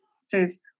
says